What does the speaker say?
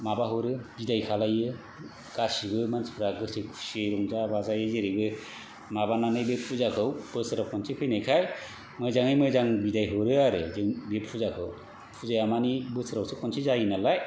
माबा हरो बिदाय खालायो गासिबो मानसिफोरा गोसो खुसियै रंजा बाजायै जोरैबो माबानानै बे फुजाखौ बोसोराव खनसे फैनायखाय मोजाङै मोजां बिदाय हरो आरो बे फुजाखौ फुजाया मानि बोसोरावसो खनसे जायो नालाय